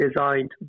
designed